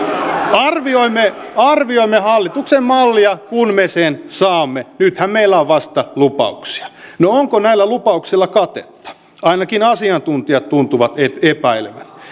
arvioimme arvioimme hallituksen mallia kun me sen saamme nythän meillä on vasta lupauksia no onko näillä lupauksilla katetta ainakin asiantuntijat tuntuvat epäilevän